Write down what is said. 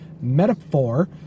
Metaphor